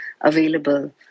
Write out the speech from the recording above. available